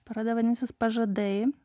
paroda vadinsis pažadai